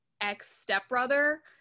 ex-stepbrother